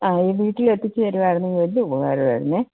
ആ ഒന്ന് വീട്ടിലെത്തിച്ച് തരികയായിരുന്നെങ്കിൽ വലിയ ഉപകാരം ആയിരുന്നു